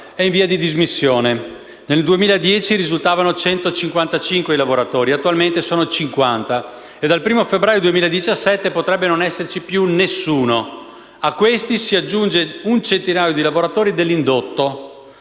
è in via di dismissione. Nel 2010 risultavano 155 lavoratori, attualmente sono 50, e dal 1° febbraio 2017 potrebbe non esserci più nessuno. A questi si aggiunge un centinaio di lavoratori dell'indotto.